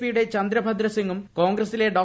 P യുടെ ചന്ദ്രഭദ്രസിംഗും കോൺഗ്രസിലെ ഡോ